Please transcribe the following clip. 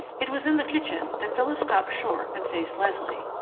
it was in the kitchen that phyllis stopped short and faced leslie.